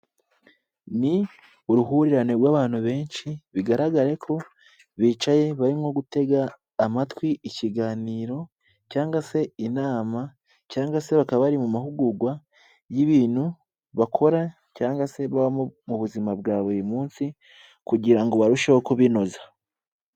Ni uruhurirane rw'abantu benshi bigaragare ko bicaye barimo gutega amatwi ikiganiro cyangwa se inama, cyangwa se bakaba bari mu mahugurwa y'ibintu bakora cyangwa se babamo mu buzima bwa buri munsi kugira ngo barusheho kubinoza.